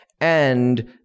And-